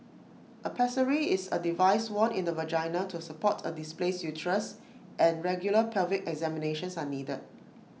A pessary is A device worn in the vagina to support A displaced uterus and regular pelvic examinations are needed